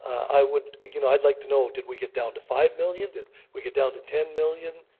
i would you know, i like to know, did we get down to five million? did we get down to ten million?